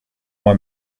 moi